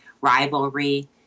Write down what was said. rivalry